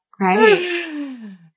Right